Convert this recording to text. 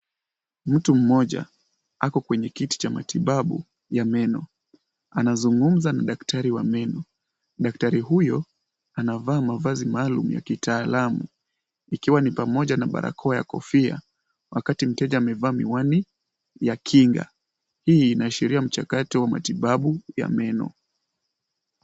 Mtu mmoja ako kwenye kiti cha matibabu ya meno. Anazungumza na daktari wa meno. Daktari huyo anavaa mavazi maalum ya kitaalamu, ikiwa ni pamoja na barakoa ya kofia, wakati mteja amevaa miwani ya kinga. Hii inaashiria mchakato wa matibabu ya meno.